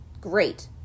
Great